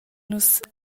nus